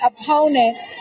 opponent